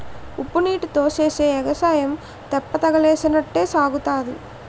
ఉప్పునీటీతో సేసే ఎగసాయం తెప్పతగలేసినట్టే సాగుతాదిరా